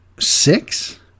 Six